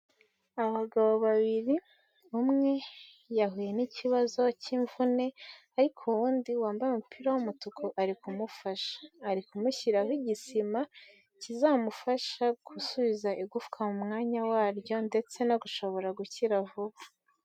Abagabo babiri umwe yahuye n'ikibazo cy'imvune ariko uwundi wambaye umupira w'umutuku ari kumufasha ari kumushyiraho igisima kizamufasha gusubiza igufwa mu mwanya waryo ndetse no gushobora gukira vuba.